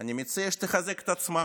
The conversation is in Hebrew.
אני מציע שהיא תחזק את עצמה